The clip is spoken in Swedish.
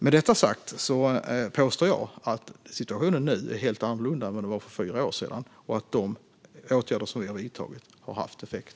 Med detta sagt påstår jag att situationen nu är helt annorlunda än för fyra år sedan och att de åtgärder som vi har vidtagit har haft effekt.